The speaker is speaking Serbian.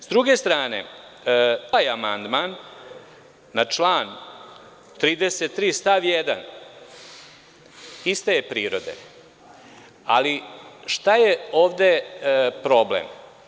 S druge strane, ovaj amandman na član 33. stav 1. iste je prirode, ali šta je ovde problem?